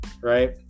right